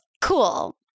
cool